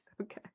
okay